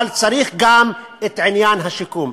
אבל צריך גם את עניין השיקום.